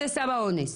זה סם האונס.